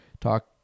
talk